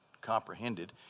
comprehended